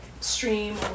stream